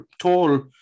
Tall